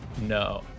No